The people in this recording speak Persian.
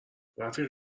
رفیق